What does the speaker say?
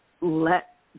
let